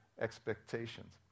expectations